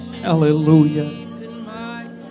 Hallelujah